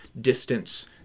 distance